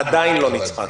עדיין לא נצחק.